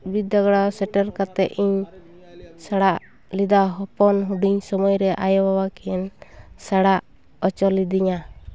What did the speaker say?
ᱵᱤᱫᱽᱫᱹᱟᱜᱟᱲ ᱨᱮ ᱥᱮᱴᱮᱨ ᱠᱟᱛᱮᱫ ᱤᱧ ᱥᱮᱬᱟ ᱞᱮᱫᱟ ᱦᱚᱯᱚᱱ ᱦᱩᱰᱤᱧ ᱥᱚᱢᱚᱭ ᱨᱮ ᱟᱭᱳ ᱵᱟᱵᱟᱠᱤᱱ ᱥᱮᱬᱟ ᱦᱚᱪᱚ ᱞᱤᱫᱤᱧᱟ